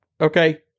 Okay